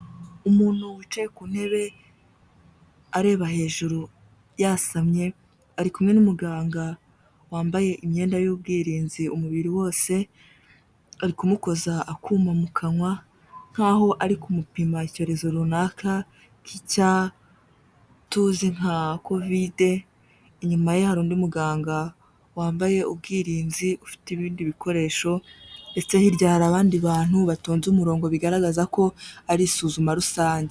Umuntu wicaye ku ntebe areba hejuru yasamye, ari kumwe n'umuganga wambaye imyenda y'ubwirinzi umubiri wose, ari kumukoza akuma mu kanwa, nk'aho ari kumupima icyorezo runaka gishya tuzi nka kovide, inyumaye hari undi muganga wambaye ubwirinzi ufite ibindi bikoresho, ndetse hirya hari abandi bantu batonnze umurongo bigaragaza ko ari isuzuma rusange.